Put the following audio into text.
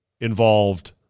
involved